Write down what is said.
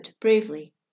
bravely